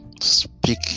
speak